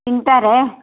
ତିନିଟାରେ